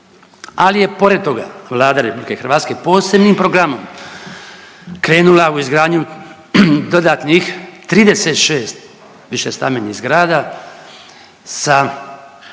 ali je pored toga Vlada Republike Hrvatske posebnim programom krenula u izgradnju dodatnih 36 višestambenih zgrada sa